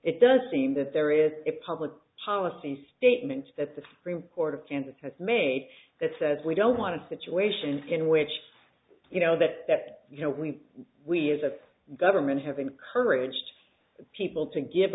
it does seem that there is a public policy statement that the supreme court of kansas has made that says we don't want a situation in which you know that that you know we we as a government have encouraged people to give